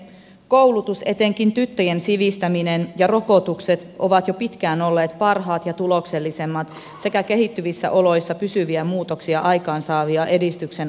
koulutus etenkin tyttöjen sivistäminen ja rokotukset ovat jo pitkään olleet parhaat ja tuloksellisimmat sekä kehittyvissä oloissa pysyviä muutoksia aikaansaavat edistyksen askeleet